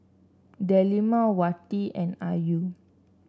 Delima Wati and Ayu